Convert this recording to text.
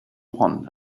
one